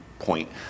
point